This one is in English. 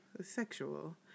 sexual